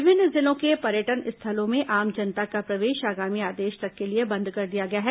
विभिन्न जिलों के पर्यटन स्थलों में आम जनता का प्रवेश आगामी आदेश तक के लिए बंद कर दिया गया है